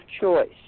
choice